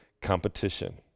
competition